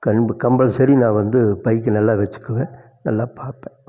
come compulsory நான் வந்து பைக்கை நல்லா வச்சுக்குவேன் நல்லா பார்ப்பேன்